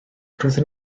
roeddwn